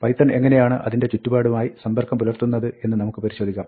Python എങ്ങിനെയാണ് അതിന്റെ ചുറ്റുപാടുമായി സമ്പർക്കം പുലർത്തുന്നത് എന്ന് നമുക്ക് പരിശോധിക്കാം